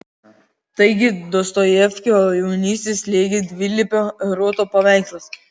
taigi dostojevskio jaunystę slėgė dvilypio eroto paveikslas